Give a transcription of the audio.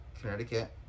connecticut